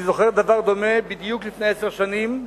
אני זוכר דבר דומה בדיוק לפני עשר שנים,